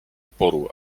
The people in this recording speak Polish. oporu